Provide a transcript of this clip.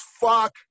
fuck